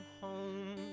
home